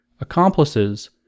Accomplices